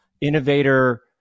innovator